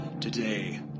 Today